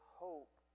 hope